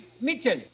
Mitchell